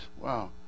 Wow